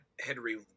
Henry